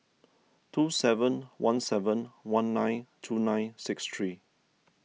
two seven one seven one nine two nine six three